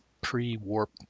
pre-warp